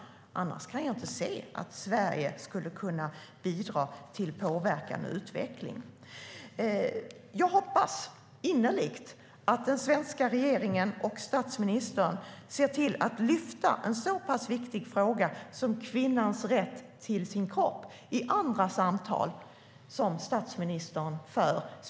Annars kan jag inte se att Sverige skulle kunna bidra till påverkan och utveckling. Jag hoppas innerligt att den svenska regeringen och statsministern ser till att lyfta en så pass viktig fråga som kvinnans rätt till sin kropp i andra samtal som statsministern för.